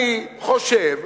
אני חושב,